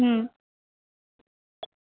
হুম